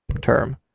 term